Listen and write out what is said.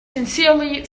sincerely